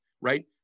right